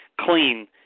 clean